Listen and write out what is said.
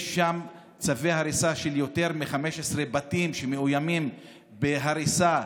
יש שם צווי הריסה, יותר מ-15 בתים מאוימים בהריסה